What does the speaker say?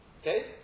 Okay